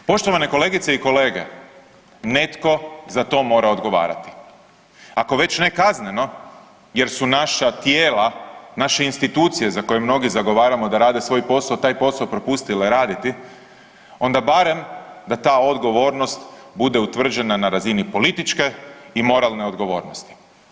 Poštovane kolegice i kolege, netko za to mora odgovarati, ako već ne kazneno jer su naša tijela, naše institucije za koje mnoge zagovaramo da rade svoj posao taj posao propustile raditi onda barem da ta odgovornost bude utvrđena na razini političke i moralne odgovornosti.